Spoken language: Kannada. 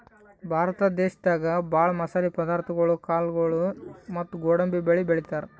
ಭಾರತ ದೇಶದಾಗ ಭಾಳ್ ಮಸಾಲೆ ಪದಾರ್ಥಗೊಳು ಕಾಳ್ಗೋಳು ಮತ್ತ್ ಗೋಡಂಬಿ ಬೆಳಿ ಬೆಳಿತಾರ್